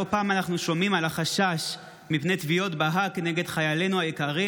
לא פעם אנחנו שומעים על החשש מפני תביעות בהאג כנגד חיילינו היקרים.